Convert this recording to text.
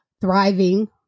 thriving